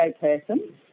person